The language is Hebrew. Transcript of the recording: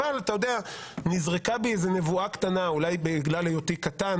אבל אתה יודע נזרקה בי איזו נבואה קטנה אולי בגלל היותי קטן,